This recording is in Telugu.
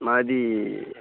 మాది